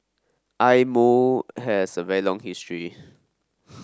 eye Mo has a very long history